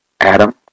Adam